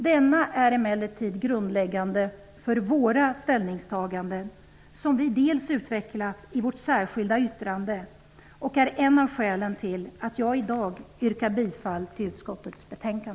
Detta är grundläggande för våra ställningstaganden som vi utvecklat i vårt särskilda yttrande. Det är ett av skälen till att jag i dag yrkar bifall till utskottets hemställan.